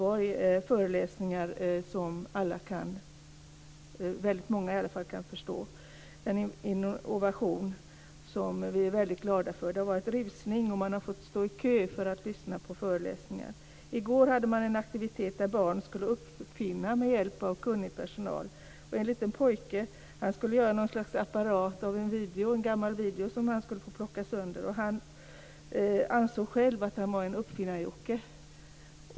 Vi var väldigt glada för denna innovation. Det har varit rusning till föreläsningarna, och man har fått stå i kö för att få möjlighet att lyssna till dem. Vi hade i går en aktivitet för barn, som med hjälp av kunnig personal skulle få lära sig att uppfinna. Jag såg bl.a. en liten pojke som skulle göra ett slags apparat med hjälp av en gammal video, som han fick plocka sönder. Han ansåg själv att han var en Uppfinnar-Jocke.